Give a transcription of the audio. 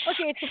okay